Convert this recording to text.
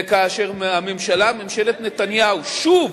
וכאשר הממשלה, ממשלת נתניהו, שוב